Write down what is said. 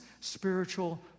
spiritual